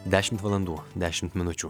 dešimt valandų dešimt minučių